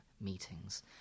meetings